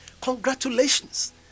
Congratulations